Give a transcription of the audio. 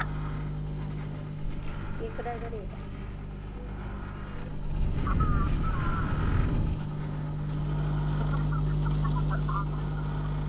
आं जी केह्कड़ा रेट ऐ